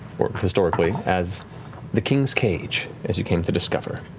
or historically, as the king's cage, as you came to discover.